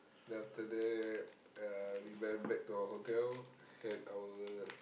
then after that uh we went back to our hotel had our